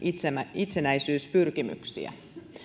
itsenäisyyspyrkimyksiä